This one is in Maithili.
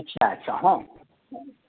अच्छा अच्छा हँ